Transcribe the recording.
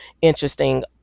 interesting